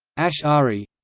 ash'ari